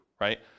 right